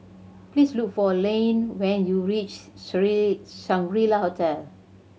please look for Layne when you reach Shangri La Hotel